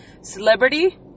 Celebrity